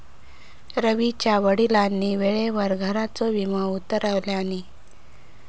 रवीच्या वडिलांनी वेळेवर घराचा विमो उतरवल्यानी